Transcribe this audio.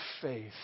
faith